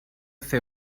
fer